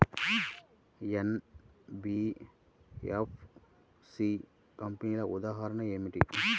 NBFC కంపెనీల ఉదాహరణ ఏమిటి?